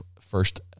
first